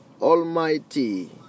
Almighty